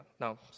No